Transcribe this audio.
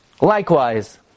Likewise